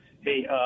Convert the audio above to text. Hey